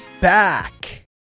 back